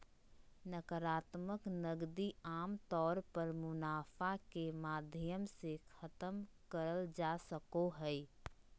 नाकरात्मक नकदी आमतौर पर मुनाफा के माध्यम से खतम करल जा सको हय